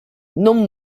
non